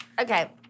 Okay